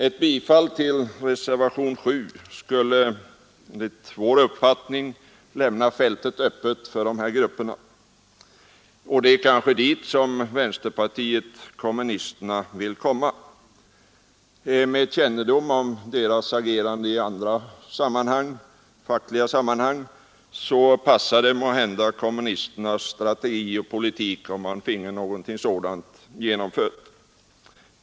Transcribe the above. Ett bifall till reservationen 7 skulle enligt vår uppfatt ning lämna fältet öppet för dessa grupper, och det är kanske dit vänsterpartiet kommunisterna vill komma. Med kännedom om deras agerande i andra fackliga sammanhang passar det måhända kommunisternas strategi och politik att få någonting sådant genomfört.